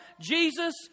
Jesus